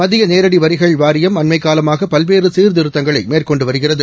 மத்தியநேரடிவரிகள் வாரியம் அண்மைக்காலமாகபல்வேறுசீர்திருத்தங்களைமேற்கொண்டுவருகிறது